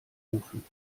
rufen